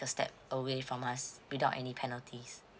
the stepp away from us without any penalties